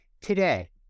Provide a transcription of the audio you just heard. Today